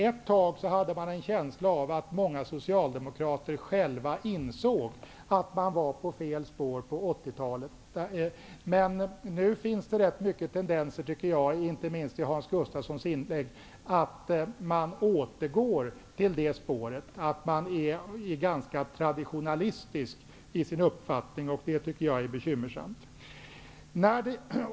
Ett tag hade jag en känsla av att många socialdemokrater själva insåg att de var inne på fel spår på 80-talet. Nu finns det rätt många tendenser, inte minst i Hans Gustafssons inlägg, som tyder på att Socialdemokraterna återgår till det spåret, att de är ganska traditionalistiska i sin uppfattning. Det tycker jag är bekymmersamt.